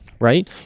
right